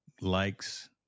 likes